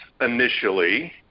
initially